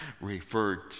referred